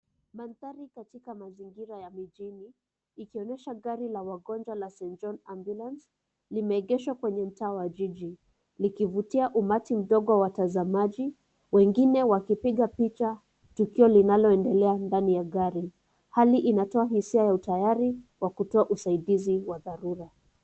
Maandari katika mazingira ya mjini, ikionyesha gari la wagonjwa la St. John Ambulance limeegeshwa kwenye mtaa wa jiji, likivutia umati ndogo wa watazamaji wengine wakipika picha tukio linaloendelea ndani ya gari. Hali linatoa hisia ya utayari kwa kutoa uzaidizi wa dharura.